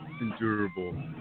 endurable